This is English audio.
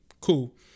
Cool